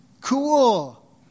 Cool